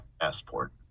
passport